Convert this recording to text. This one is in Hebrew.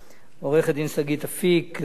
עורכת-הדין שגית אפיק, למירב